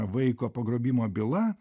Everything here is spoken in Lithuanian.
vaiko pagrobimo byla